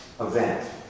event